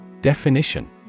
Definition